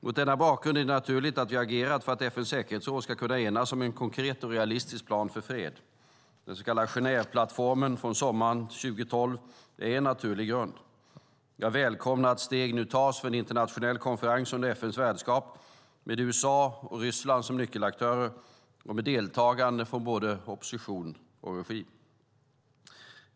Mot denna bakgrund är det naturligt att vi har agerat för att FN:s säkerhetsråd ska kunna enas om en konkret och realistisk plan för fred. Den så kallade Genèveplattformen från sommaren 2012 är en naturlig grund. Jag välkomnar att steg nu tas för en internationell konferens under FN:s värdskap med USA och Ryssland som nyckelaktörer och med deltagande från både opposition och regim.